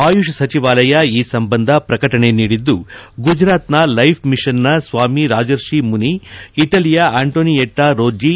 ಆಯುಷ್ ಸಚಿವಾಲಯ ಈ ಸಂಬಂಧ ಪ್ರಕಟಣೆ ನೀಡಿದ್ದು ಗುಜರಾತ್ ನ ಲೈಫ್ ಮಿಷನ್ ನ ಸ್ವಾಮಿ ರಾಜರ್ಷಿ ಮುನಿ ಇಟಲಿಯ ಆಂಟೋನಿಯೆಟ್ಟಾ ರೋಜ್ಜಿ